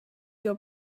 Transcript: your